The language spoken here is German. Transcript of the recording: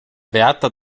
wärter